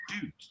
Dude